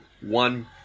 one